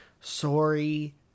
Sorry